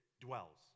dwells